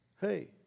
Hey